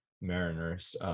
Mariner's